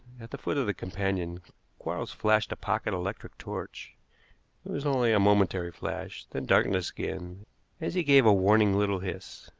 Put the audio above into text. at the foot of the companion quarles flashed a pocket electric torch. it was only a momentary flash, then darkness again as he gave a warning little hiss.